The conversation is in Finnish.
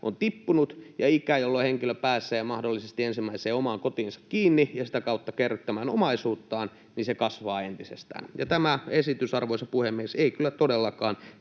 tippuu. Ikä, jolloin henkilö pääsee mahdollisesti ensimmäiseen omaan kotiinsa kiinni ja sitä kautta kerryttämään omaisuuttaan, kasvaa entisestään. Ja tämä esitys, arvoisa puhemies, ei kyllä todellakaan